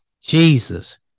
Jesus